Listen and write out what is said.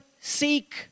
seek